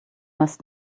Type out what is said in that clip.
must